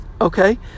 Okay